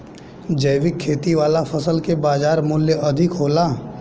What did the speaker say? जैविक खेती वाला फसल के बाजार मूल्य अधिक होला